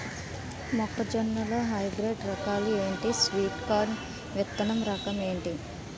మొక్క జొన్న లో హైబ్రిడ్ రకాలు ఎంటి? స్వీట్ కార్న్ విత్తన రకం ఏంటి?